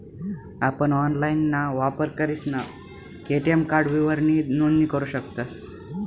आपण ऑनलाइनना वापर करीसन ए.टी.एम कार्ड विवरणनी नोंदणी करू शकतस